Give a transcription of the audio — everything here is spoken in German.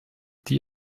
die